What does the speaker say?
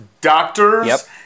doctors